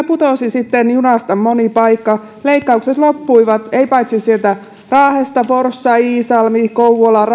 putosi sitten junasta moni paikka leikkaukset loppuivat paitsi sieltä raahesta myös forssasta iisalmesta kouvolasta